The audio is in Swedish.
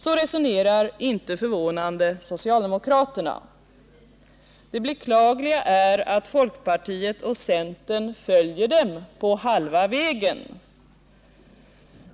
Så resonerar, inte förvånande, socialdemokraterna. Det beklagliga är att folkpartiet och centern följer dem på halva vägen.